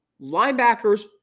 Linebackers